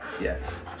Yes